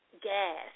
gas